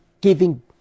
giving